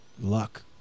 luck